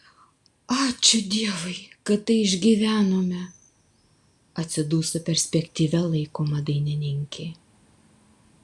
ačiū dievui kad tai išgyvenome atsiduso perspektyvia laikoma dainininkė